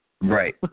Right